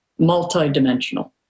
multidimensional